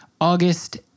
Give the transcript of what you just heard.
August